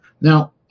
Now